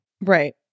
right